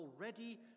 already